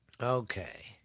Okay